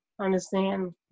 understand